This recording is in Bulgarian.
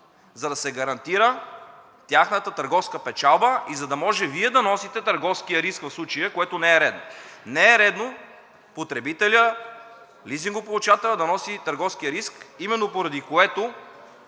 за да се гарантира тяхната търговска печалба и за да може Вие да носите търговския риск в случая, което не е редно. Не е редно потребителят, лизингополучателят да носи търговския риск, именно поради което